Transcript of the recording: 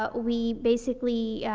but we basically,